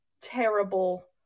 terrible